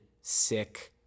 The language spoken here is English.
sick